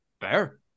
Fair